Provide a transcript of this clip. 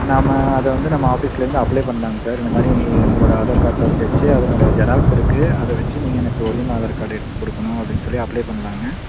நாம் அதை வந்து நம்ம ஆஃபீஸிலேர்ந்து அப்ளே பண்ணலாங்க சார் இந்தமாதிரி உங்களோடய ஆதார் கார்ட் தொலைஞ்சிருச்சு அதனோடய ஜெராக்ஸ் இருக்குது அதை வச்சு நீங்கள் எனக்கு ஒரிஜினல் ஆதார் கார்ட் எடுத்து கொடுக்கணும் அப்படின் சொல்லி அப்ளே பண்ணலாங்க